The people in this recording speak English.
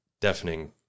deafening